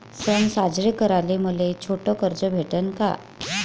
सन साजरे कराले मले छोट कर्ज भेटन का?